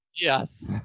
Yes